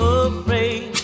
afraid